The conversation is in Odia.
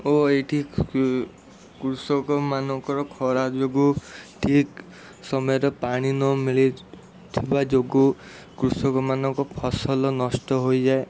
ଓ ଏଇଠି କୃଷକମାନଙ୍କର ଖରା ଯୋଗୁଁ ଠିକ୍ ସମୟରେ ପାଣି ନ ମିଳି ଥିବା ଯୋଗୁଁ କୃଷକମାନଙ୍କ ଫସଲ ନଷ୍ଟ ହୋଇଯାଏ